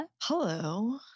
Hello